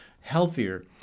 healthier